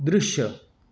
दृश्य